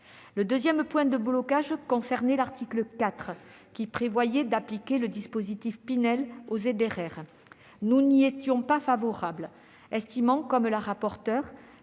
Le deuxième point de blocage portait sur l'article 4, qui prévoyait d'appliquer le dispositif Pinel aux ZRR. Nous n'y étions pas favorables, car nous estimons, comme la rapporteure,